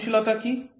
সহনশীলতা কি